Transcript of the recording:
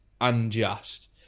unjust